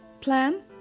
Plan